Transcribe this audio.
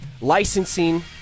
Licensing